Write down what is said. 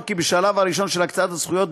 כי בשלב הראשון של הקצאת הזכויות,